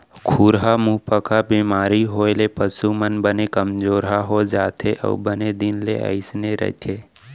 खुरहा मुहंपका बेमारी होए ले पसु मन बने कमजोरहा हो जाथें अउ बने दिन ले अइसने रथें